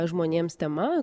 žmonėms tema